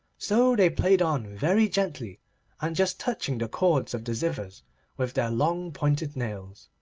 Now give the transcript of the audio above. so they played on very gently and just touching the cords of the zithers with their long pointed nails,